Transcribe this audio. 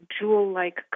jewel-like